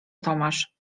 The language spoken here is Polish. tomasz